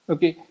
Okay